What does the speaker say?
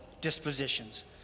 dispositions